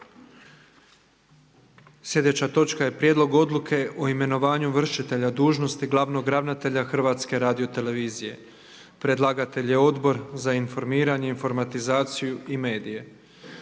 Sljedeća točka je Prijedlog odluke o imenovanju vršitelja dužnosti glavnog ravnatelja Hrvatske radiotelevizije. Predlagatelj je Odbor za informiranje, informatizaciju i medije.